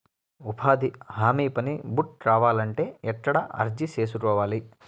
ఉపాధి హామీ పని బుక్ కావాలంటే ఎక్కడ అర్జీ సేసుకోవాలి?